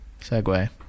segue